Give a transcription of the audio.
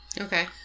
Okay